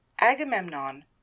Agamemnon